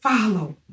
follow